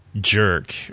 jerk